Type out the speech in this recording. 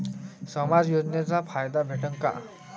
समाज योजनेचा फायदा भेटन का?